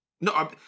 No